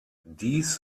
dies